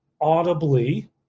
audibly